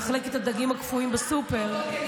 במחלקת הדגים הקפואים בסופר,